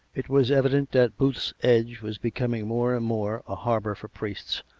it was evident that booth's edge was becoming more and more a harbour for priests,